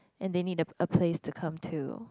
and they need a a place to come to